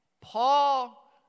Paul